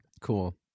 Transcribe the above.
Cool